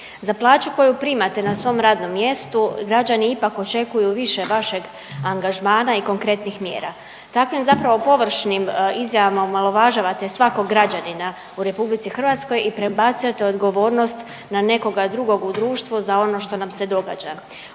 Za plaću koju primate na svom radnom mjestu građani ipak očekuju više vašeg angažmana i konkretnih mjera. Takvim zapravo površnim izjavama omalovažavate svakog građanina u RH i prebacuje odgovornost na nekoga drugog u društvu za ono što nam se događa.